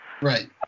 Right